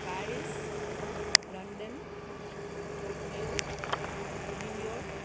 Paris London Tokyo New York